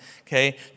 okay